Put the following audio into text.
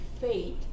faith